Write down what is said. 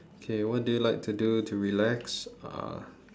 okay what do you like to do to relax uh